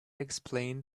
explained